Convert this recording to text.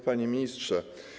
Panie Ministrze!